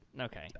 okay